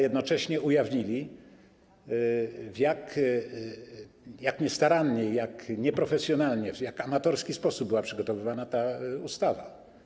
Jednocześnie ujawnili, jak niestarannie, jak nieprofesjonalnie, w jak amatorski sposób była przygotowywana ta ustawa.